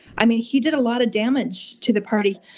i mean, he did a lot of damage to the party.